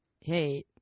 hey